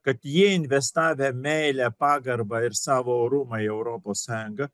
kad jie investavę meilę pagarbą ir savo orumą į europos sąjungą